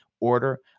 order